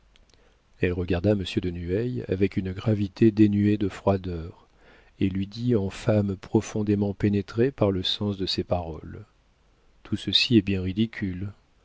elle regarda monsieur de nueil avec une gravité dénuée de froideur et lui dit en femme profondément pénétrée par le sens de ses paroles tout ceci est bien ridicule